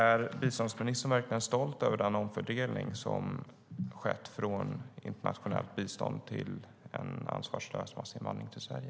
Är biståndsministern verkligen stolt över den omfördelning som har skett från internationellt bistånd till en ansvarslös massinvandring till Sverige?